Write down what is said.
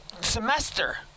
semester